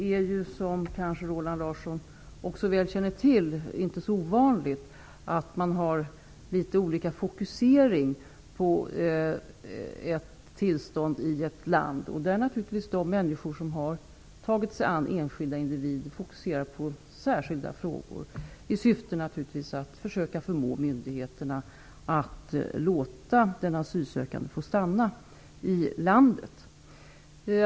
Fru talman! Som Roland Larsson väl känner till är det inte så ovanligt att man har olika fokuseringar på tillståndet i ett land. De människor som har tagit sig an enskilda individer fokuserar på särskilda frågor, i syfte att försöka förmå myndigheterna att låta asylsökande stanna i landet.